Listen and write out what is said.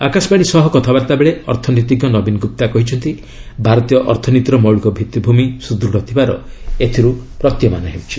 ଆକାଶବାଣୀ ସହ କଥାବାର୍ତ୍ତା ବେଳେ ଅର୍ଥନୀତିଜ୍ଞ ନବୀନ ଗୁପ୍ତା କହିଛନ୍ତି ଭାରତୀୟ ଅର୍ଥନୀତିର ମୌଳିକ ଭିଭିଭୂମି ସୁଦୃଢ଼ ଥିବାର ଏଥିରୁ ପ୍ୱତୀୟମାନ ହେଉଛି